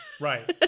right